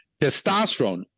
Testosterone